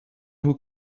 who